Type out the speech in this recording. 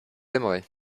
aimerez